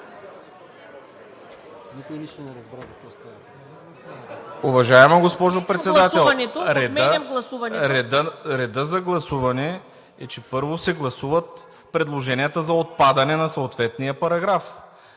Уважаема госпожо Председател, редът за гласуване е, че първо се гласуват предложенията за отпадане на съответния параграф.